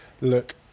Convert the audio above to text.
look